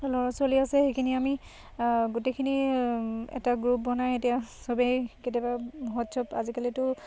ল'ৰা ছোৱালী আছে সেইখিনি আমি গোটেইখিনি এটা গ্ৰুপ বনাই এতিয়া চবেই কেতিয়াবা হোৱাটছআপ আজিকালিতো